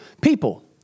people